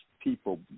people